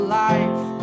life